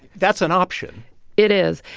that's an option it is.